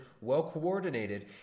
well-coordinated